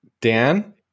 Dan